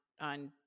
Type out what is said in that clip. on